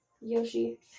Yoshi